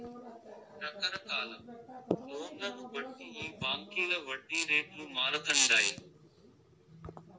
రకరకాల లోన్లను బట్టి ఈ బాంకీల వడ్డీ రేట్లు మారతండాయి